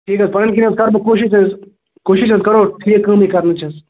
ٹھیٖک حظ پنٕنۍ کِنۍ حظ کرٕ بہٕ کوٗشِش کوٗشِش حظ کرو ٹھیٖک کٲمٕے کرنٕچ حظ